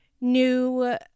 new